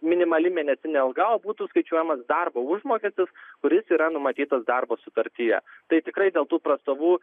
minimali mėnesinė alga o būtų skaičiuojamas darbo užmokestis kuris yra numatytas darbo sutartyje tai tikrai dėl tų prastovų